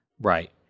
Right